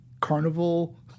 carnival